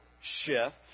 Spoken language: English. shift